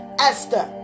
Esther